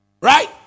right